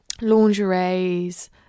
lingerie's